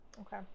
Okay